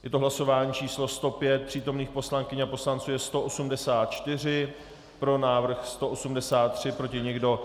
Je to hlasování číslo 105, přítomných poslankyň a poslanců 184, pro návrh 183, proti nikdo.